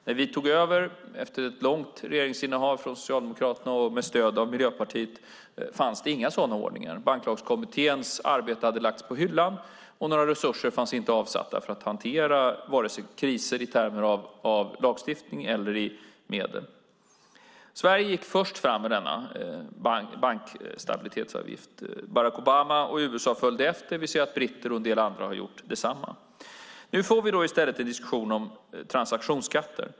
När vi efter ett långt socialdemokratiskt regeringsinnehav med stöd av Miljöpartiet tog över fanns det ingen sådan ordning. Banklagskommitténs arbete hade lagts på hyllan, och några resurser fanns inte avsatta för att hantera vare sig kriser i termer av lagstiftning eller kriser i termer av medel. Sverige gick först fram med denna bankstabilitetsavgift. Barack Obama och USA följde efter. Vi ser att också britter och en del andra har gjort detsamma. Nu får vi i stället en diskussion om en transaktionsskatt.